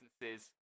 businesses